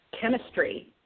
chemistry